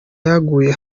yaguye